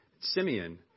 Simeon